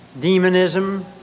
Demonism